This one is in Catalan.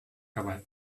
amb